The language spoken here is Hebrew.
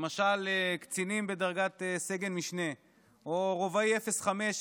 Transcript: למשל קצינים בדרגת סגן משנה או רובאי 05,